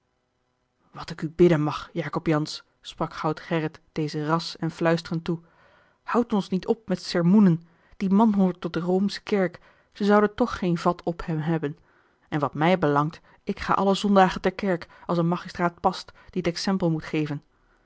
wat ik u bidden mag jacob jansz sprak schout gerrit dezen ras en fluisterend toe houd ons niet op met sermoenen die man hoort tot de roomsche kerk ze zouden toch geen vat op hem hebben en wat mij belangt ik ga alle zondagen ter kerk als een magistraat past die het exempel moet geven